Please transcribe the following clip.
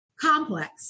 complex